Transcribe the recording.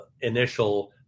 initial